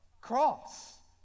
cross